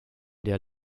der